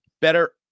better